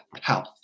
health